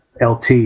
LT